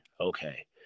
okay